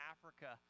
Africa